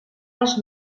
als